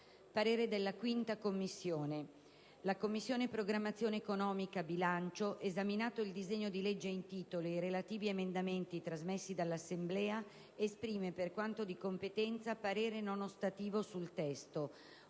parere non ostativo». «La Commissione programmazione economica, bilancio, esaminato il disegno di legge in titolo ed i relativi emendamenti trasmessi dall'Assemblea, esprime, per quanto di competenza, parere non ostativo sul testo,